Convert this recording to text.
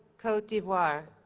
cote d'ivoire